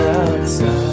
outside